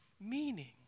meaning